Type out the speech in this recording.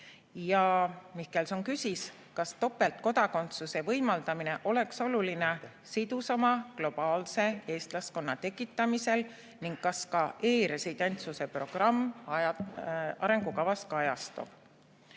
Mihkelson küsis, kas topeltkodakondsuse võimaldamine oleks oluline sidusama globaalse eestlaskonna tekitamisel ning kas ka e‑residentsuse programm arengukavas kajastub.